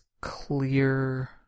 clear